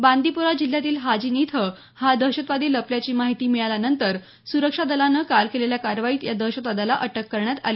बांदीपोरा जिल्ह्यातील हाजीन इथं हा दहशतवादी लपल्याची माहिती मिळाल्यानंतर सुरक्षा दलानं काल केलेल्या कारवाईत या दहशतवाद्याला अटक करण्यात आली